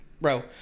bro